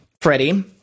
Freddie